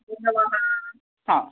नमोनमः हा